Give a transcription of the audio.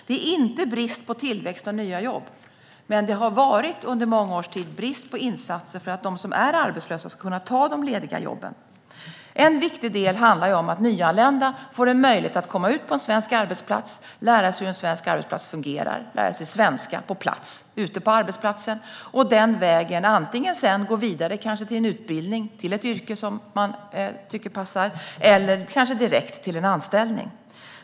Det är inte brist på tillväxt av nya jobb, men det har under många års tid varit brist på insatser för att de som är arbetslösa ska kunna ta de lediga jobben. En viktig del handlar om att nyanlända får möjlighet att komma ut på en svensk arbetsplats, lära sig hur en svensk arbetsplats fungerar, lära sig svenska på arbetsplatsen och den vägen gå vidare till antingen en utbildning till ett yrke som de tycker passar eller direkt till en anställning.